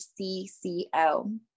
CCO